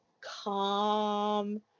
calm